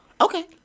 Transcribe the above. Okay